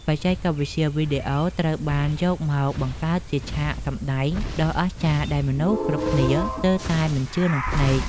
បច្ចេកវិទ្យាវីអរត្រូវបានយកមកបង្កើតជាឆាកសម្តែងដ៏អស្ចារ្យដែលមនុស្សគ្រប់គ្នាស្ទើរតែមិនជឿនឹងភ្នែក។